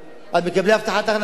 על מקבלי הבטחת הכנסה,